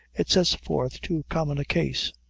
it sets forth too common a case.